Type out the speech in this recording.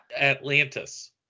Atlantis